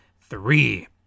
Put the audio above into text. three